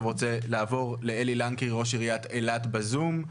אלי לנקרי, ראש עיריית אילת, בזום.